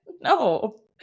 No